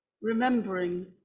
remembering